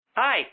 Hi